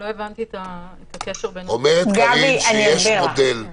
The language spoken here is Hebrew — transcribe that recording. הבנתי את הקשר בין --- אומרת קארין שיש מודל.